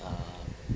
um